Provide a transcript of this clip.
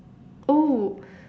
oh